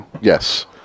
Yes